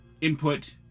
input